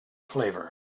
flavor